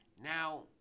Now